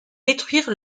détruire